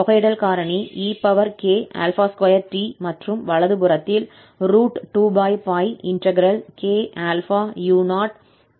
தொகையிடல் காரணி ek2t மற்றும் வலது புறத்தில்2kαu0ek2tdtc உள்ளது